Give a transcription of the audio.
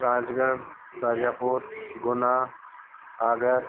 Rajgarh Shajapur Guna Agra